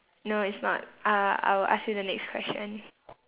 no it's not uh I will ask you the next question